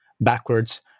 backwards